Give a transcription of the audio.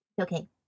Okay